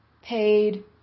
paid